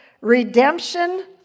redemption